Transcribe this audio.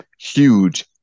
huge